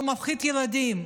שהוא מפחיד ילדים,